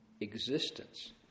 Existence